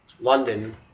London